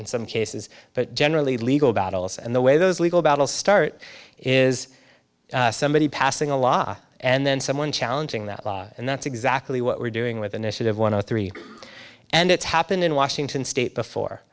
and some cases but generally legal battles and the way those legal battles start is somebody passing a law and then someone challenging that law and that's exactly what we're doing with initiative one or three and it's happened in washington state before